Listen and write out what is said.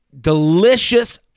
delicious